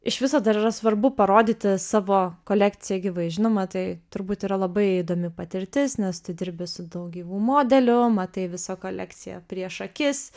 iš viso dar yra svarbu parodyti savo kolekciją gyvai žinoma tai turbūt yra labai įdomi patirtis nes tu dirbi su daug gyvų modelių matai visą kolekciją prieš akis